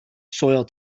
soil